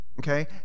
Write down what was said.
Okay